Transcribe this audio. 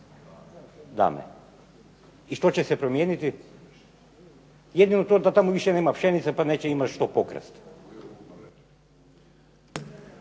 dame. I što će se promijeniti? Jedino to da tamo više nema pšenice, pa neće imati što pokrasti.